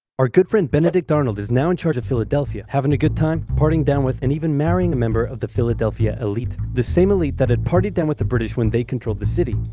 our good friend benedict arnold is now in charge of philadelphia, having a good time, partying down with, and even marrying a member of the philadelphia elite, the same elite that had partied down with the british when they controlled the city,